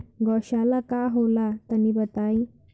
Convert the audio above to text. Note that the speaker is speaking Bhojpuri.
गौवशाला का होला तनी बताई?